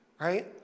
right